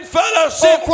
fellowship